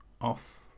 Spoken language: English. off